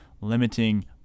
limiting